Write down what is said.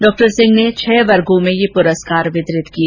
डॉ सिंह ने छह वर्गो में यह पुरस्कार वितरित किए